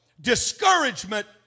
Discouragement